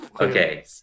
Okay